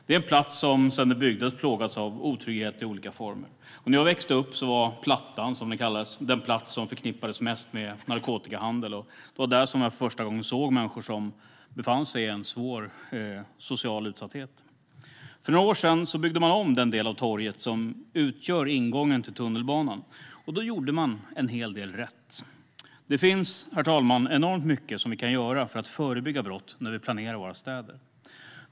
Det är en plats som sedan den byggdes har plågats av otrygghet i olika former. När jag växte upp var Plattan, som det kallades, den plats som förknippades mest med narkotikahandel, och det var där som jag för första gången såg människor som befann sig i svår social utsatthet. För några år sedan byggde man om den del av torget som utgör ingången till tunnelbanan, och då gjorde man en hel del rätt. Det finns, herr talman, enormt mycket som vi kan göra för att förebygga brott när vi planerar våra städer.